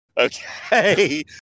Okay